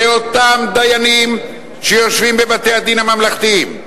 אלה אותם דיינים שיושבים בבתי-הדין הממלכתיים,